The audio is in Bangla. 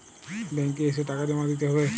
ব্যাঙ্ক এ এসে টাকা জমা দিতে হবে?